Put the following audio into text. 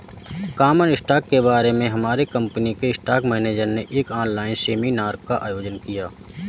common stock के बारे में हमारे कंपनी के स्टॉक मेनेजर ने एक ऑनलाइन सेमीनार का आयोजन किया